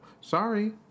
sorry